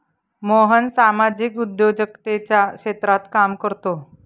मोहन सामाजिक उद्योजकतेच्या क्षेत्रात काम करतो